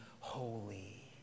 holy